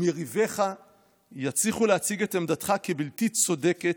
אם יריבך יצליחו להציג את עמדתך כבלתי צודקת,